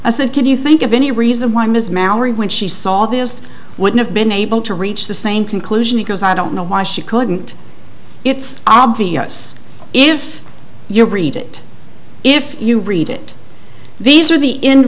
that can you think of any reason why ms mallory when she saw this would have been able to reach the same conclusion because i don't know why she couldn't it's obvious if you read it if you read it these are the